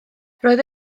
roedd